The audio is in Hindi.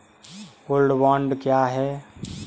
गोल्ड बॉन्ड क्या है?